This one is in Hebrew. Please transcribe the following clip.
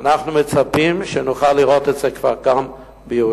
אנחנו מצפים שנוכל לראות את זה כבר גם בירושלים.